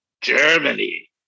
Germany